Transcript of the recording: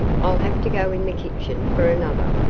i'll have to go in the kitchen for another.